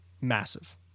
massive